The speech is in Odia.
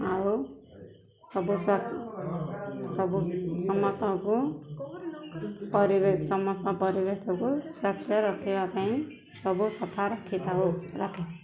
ଆଉ ସବୁ ସବୁ ସମସ୍ତଙ୍କୁ ପରିବେଶ ସମସ୍ତ ପରିବେଶକୁ ସ୍ୱାସ୍ଥ୍ୟ ରଖିବା ପାଇଁ ସବୁ ସଫା ରଖିଥାଉ